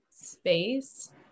space